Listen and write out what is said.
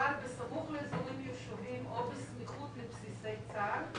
אבל בסמוך לאזורים מיושבים או בסמיכות לבסיסי צה"ל,